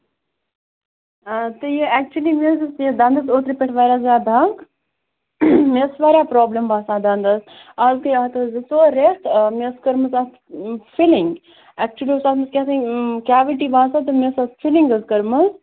آ تہٕ یہِ اٮ۪کچُؤلی مےٚ حظ ٲس یہِ دَنٛدَس اوترٕ پٮ۪ٹھ واریاہ زیادٕ دَگ مےٚ ٲسۍ واریاہ پرٛابلِم باسان دَنٛدَس اَز گٔے اَتھ زٕ ژور رٮ۪تھ آ مےٚ ٲسۍ کٔرمٕژ اَتھ فِلِنٛگ اٮ۪کچُؤلی اوس آمُت اَتھ کیٛاہتانۍ کیوِٹی باسان مےٚ ٲسۍ اَتھ فِلِنٛگ حظ کٔرمٕژ